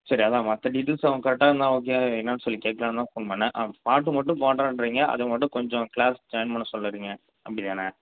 சரி அதான் மற்ற டீடெயில்ஸ் அவன் கரெக்டாக இருந்தால் ஓகே என்னான்னு சொல்லி கேட்கலாம் தான் ஃபோன் பண்ணிணேன் ஆ பாட்டு மட்டும் பாடுறான்றிங்க அது மட்டும் கொஞ்சம் கிளாஸ் ஜாயின் பண்ண சொல்லுறிங்க அப்படி தானே